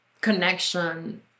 connection